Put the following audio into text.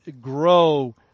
grow